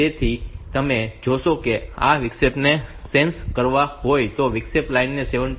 જેથી તમે જોશો કે જો આ વિક્ષેપને સેન્સ કરવો હોય તો વિક્ષેપ લાઈન તે 17